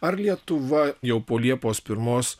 ar lietuva jau po liepos pirmos